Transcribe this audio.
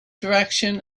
direction